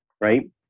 right